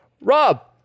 Rob